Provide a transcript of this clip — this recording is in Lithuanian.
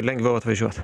lengviau atvažiuot